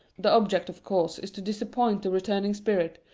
the object of course is to disappoint the returning spirit,